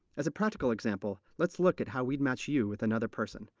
as a practical example, let's look at how we'd match you with another person.